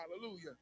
hallelujah